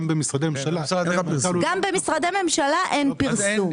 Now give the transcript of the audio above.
גם במשרדי ממשלה אין פרסום.